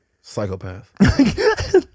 Psychopath